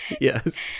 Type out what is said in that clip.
yes